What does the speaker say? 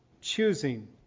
choosing